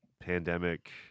pandemic